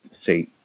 say